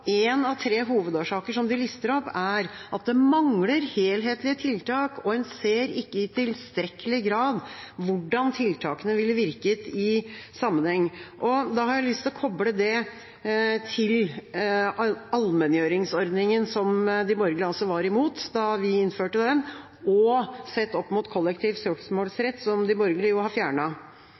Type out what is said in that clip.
at en ikke i tilstrekkelig grad ser hvordan tiltakene ville virket i sammenheng. Jeg har lyst til å koble det til allmenngjøringsordningen, som de borgerlige var imot da vi innførte den, og se det opp mot kollektiv søksmålsrett, som de borgerlige har